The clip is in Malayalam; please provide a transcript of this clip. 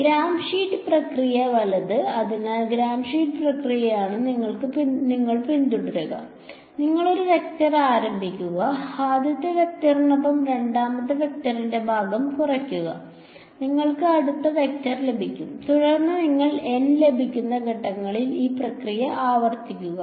ഗ്രാം ഷ്മിറ്റ് പ്രക്രിയ വലത് അതിനാൽ ഗ്രാം ഷ്മിറ്റ് പ്രക്രിയയാണ് നിങ്ങൾ പിന്തുടരുക നിങ്ങൾ ഒരു വെക്റ്റർ ആരംഭിക്കുക ആദ്യത്തെ വെക്റ്ററിനൊപ്പം രണ്ടാമത്തെ വെക്റ്ററിന്റെ ഭാഗം കുറയ്ക്കുക നിങ്ങൾക്ക് അടുത്ത വെക്റ്റർ ലഭിക്കും തുടർന്ന് നിങ്ങൾക്ക് N ലഭിക്കുന്ന ഘട്ടങ്ങളിൽ ഈ പ്രക്രിയ ആവർത്തിക്കുക